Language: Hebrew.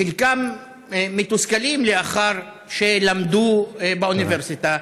חלקם מתוסכלים לאחר שלמדו באוניברסיטה,